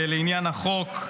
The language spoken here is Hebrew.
לעניין החוק,